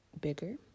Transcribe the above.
bigger